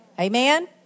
Amen